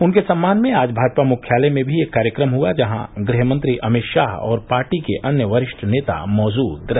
उनके सम्मान में आज भाजपा मुख्यालय में भी एक कार्यक्रम हआ जहां गृहमंत्री अमित शाह और पार्टी के अन्य वरिष्ठ नेता मौजूद रहे